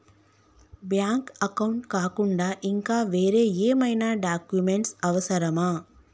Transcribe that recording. Bank account కాకుండా ఇంకా వేరే ఏమైనా డాక్యుమెంట్స్ అవసరమా?